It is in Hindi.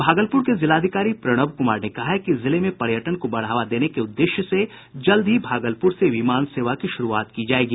भागलपूर के जिलाधिकारी प्रणव क्मार ने कहा है कि जिले में पर्यटन को बढ़ावा देने के उददेश्य से जल्द ही भागलपुर से विमान सेवा की शुरूआत की जायेगी